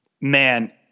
man